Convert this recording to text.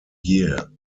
year